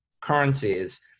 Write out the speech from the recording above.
currencies